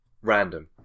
random